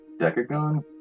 decagon